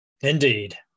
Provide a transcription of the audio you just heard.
Indeed